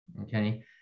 okay